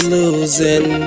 losing